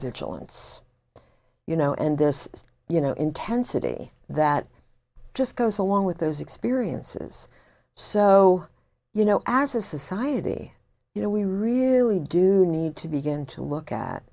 vigilance you know and this you know intensity that just goes along with those experiences so you know as a society you know we really do need to begin to look at